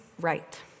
right